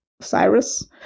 Cyrus